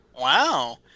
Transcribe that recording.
Wow